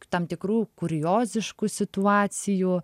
tam tikrų kurioziškų situacijų